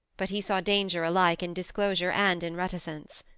but he saw danger alike in disclosure and in reticence.